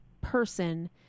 person